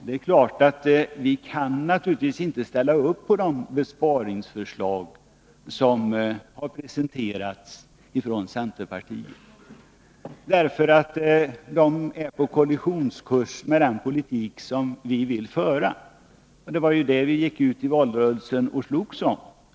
Det är klart att vi inte kan ställa upp på de besparingsförslag som har presenterats från centerpartiets sida, därför att de är på kollisionskurs med den politik som vi vill föra — en politik som vi i valrörelsen gick ut och slogs för.